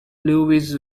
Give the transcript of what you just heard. lewis